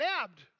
nabbed